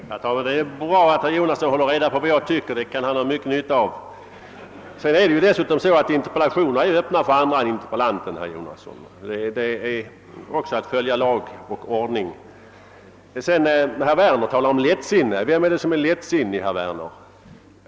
Herr talman! Det är bra att herr Jonasson håller reda på vad jag tycker — det kan han ha mycket nytta av. Det är faktiskt så att interpellationsdebatterna är öppna för andra än interpellanten, herr Jonasson. Det får man acceptera om man vill följa lag och ordning. Herr Werner talade om lättsinne. Vem är det som är lättsinnig, herr Werner?